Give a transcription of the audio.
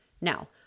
Now